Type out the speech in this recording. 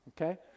okay